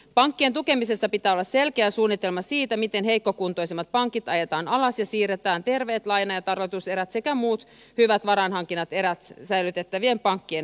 pankkien tukemisessa pitää olla selkeä suunnitelma siitä miten heikkokuntoisemmat pankit ajetaan alas ja siirretään terveet laina ja talletuserät sekä muut hyvät varainhankinnan erät säilytettävien pankkien hoitoon